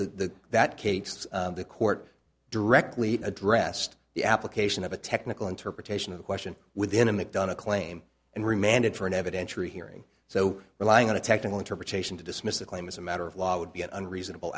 cate's the court directly addressed the application of a technical interpretation of the question within a mcdonagh claim and remanded for an evidentiary hearing so relying on a technical interpretation to dismiss a claim is a matter of law would be an unreasonable